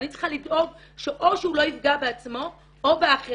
ואני צריכה לדאוג או שהוא לא יפגע בעצמו או באחר,